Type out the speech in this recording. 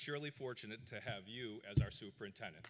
surely fortunate to have you as our superintendent